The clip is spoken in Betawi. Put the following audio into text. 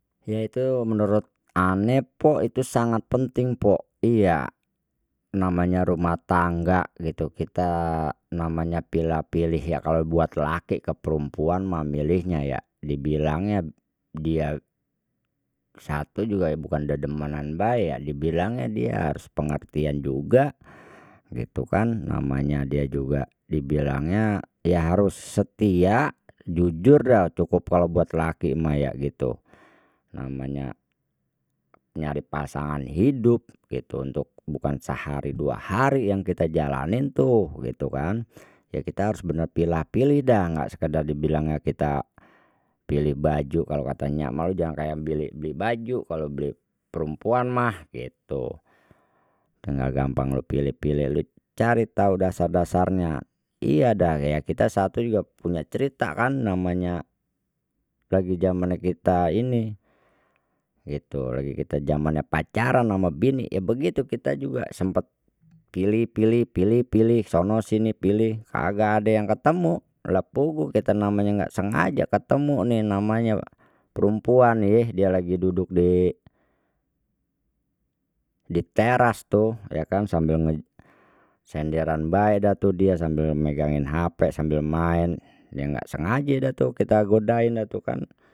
Yaitu menurut ane mpo itu sangat penting mpo iya namanya rumah tangga gitu kita namanya pila pilih ya kalau buat laki ke perempuan mah milihnya ya dibilangnya dia satu juga bukan dedemenan bae ya dibilangnya dia harus pengertian juga gitu kan namanya dia juga dibilangnya ya harus setia jujur dah cukup kalau buat laki mah ya gitu namanya nyari pasangan hidup gitu untuk bukan sehari dua hari yang kita jalanin tuh gitu kan ya kita harus benar pilah pilih dah enggak sekedar dibilangnya kita pilih baju kalau katanya mau jangan kayak pilih beli baju kalau beli perempuan mah gitu enggak gampang lo pilih pilih lu cari tahu dasar dasarnya iya dah ya kita satu juga punya cerita kan namanya lagi zaman kita ini itu lagi kita zamannya pacaran ama bini ya begitu kita juga sempat pilih pilih pilih pilih sono sini pilih kagak ade yang ketemu lha puguh kita namanya nggak sengaja ketemu nih namanya perempuan ih dia lagi duduk di di teras tuh ya kan sambil nge senderan bae dah tu dia sambil megangin hp sambil main dia nggak sengaja dah tu kita godain dah tu kan.